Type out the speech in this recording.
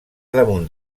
damunt